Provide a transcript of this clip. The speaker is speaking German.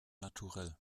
naturell